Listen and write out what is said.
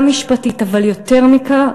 גם משפטית, אבל יותר מכך,